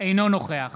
אינו נוכח